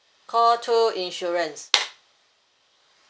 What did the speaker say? call two insurance